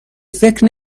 فکر